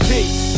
Peace